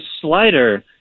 slider